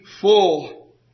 full